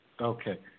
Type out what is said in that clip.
Okay